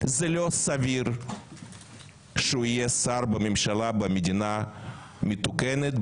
זה לא סביר שהוא יהיה שר בממשלה במדינה מתוקנת,